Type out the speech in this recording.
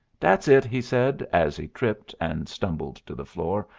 dat's it, he said, as he tripped, and stumbled to the floor.